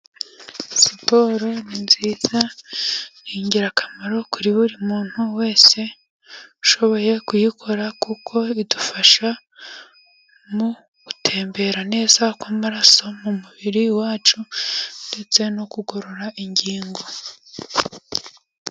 Siporo ni nziza ni ingirakamaro kuri buri muntu wese ushoboye kuyikora, kuko idufasha mu gutembera neza kw'amaraso mu mubiri wacu, ndetse no kugorora ingingo.